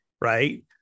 Right